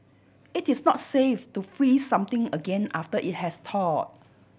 it is not safe to freeze something again after it has thaw